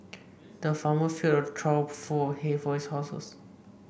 the farmer filled a trough full of hay for his horses